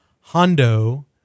Hondo